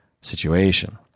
situation